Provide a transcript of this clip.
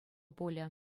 пулӗ